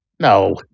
No